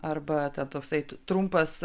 arba ten tokslai trumpas